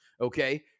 okay